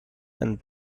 and